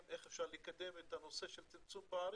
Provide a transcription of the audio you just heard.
איך אפשר לקדם את הנושא של צמצום פערים.